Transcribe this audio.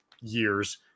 years